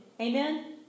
Amen